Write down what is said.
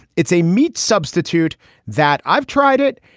it's a meat substitute that i've tried it.